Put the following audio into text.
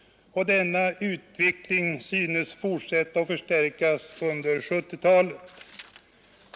Denna utveckling synes ha förstärkts under 1970-talet.